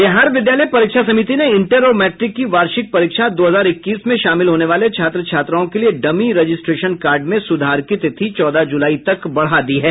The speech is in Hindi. बिहार विद्यालय परीक्षा समिति ने इंटर और मैट्रिक की वार्षिक परीक्षा दो हजार इक्कीस में शामिल होने वाले छात्र छात्राओं के लिए डमी रजिस्ट्रेशन कार्ड में सुधार की तिथि चौदह जुलाई तक बढ़ा दी है